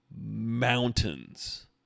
mountains